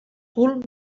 cul